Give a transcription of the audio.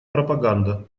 пропаганда